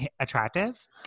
attractive